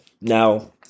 Now